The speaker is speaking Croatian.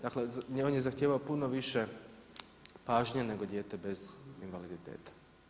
Dakle, on je zahtijevao puno više pažnje nego dijete bez invaliditeta.